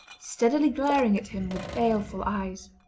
steadily glaring at him with baleful eyes.